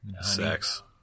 sex